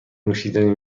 نوشیدنی